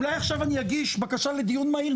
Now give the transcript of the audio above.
אולי עכשיו אני אגיש בקשה לדיון מהיר,